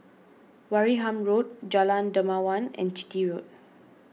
Wareham Road Jalan Dermawan and Chitty Road